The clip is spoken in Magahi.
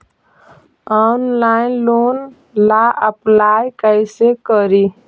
ऑनलाइन लोन ला अप्लाई कैसे करी?